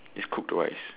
is cooked rice